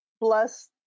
bless